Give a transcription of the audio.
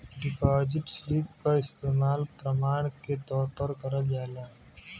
deposit slip क इस्तेमाल प्रमाण के तौर पर करल जाला